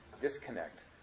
disconnect